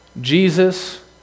Jesus